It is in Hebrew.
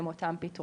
הן אותם פתרונות,